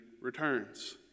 returns